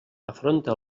afronta